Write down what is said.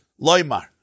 Loimar